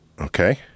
Okay